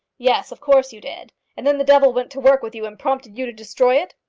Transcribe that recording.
yes of course you did. and then the devil went to work with you and prompted you to destroy it?